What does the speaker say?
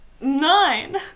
Nine